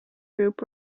group